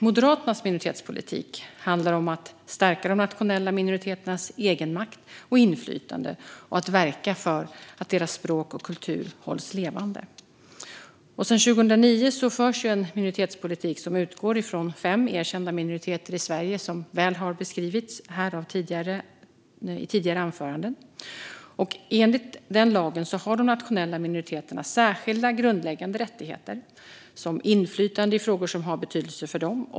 Moderaternas minoritetspolitik handlar om att stärka de nationella minoriteternas egenmakt och inflytande och att verka för att deras språk och kultur hålls levande. Sedan 2009 förs en minoritetspolitik som utgår från fem erkända minoriteter i Sverige, som har beskrivits väl här i tidigare anföranden. Enligt lagen har de nationella minoriteterna särskilda grundläggande rättigheter, såsom inflytande i frågor som har betydelse för dem.